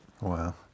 Wow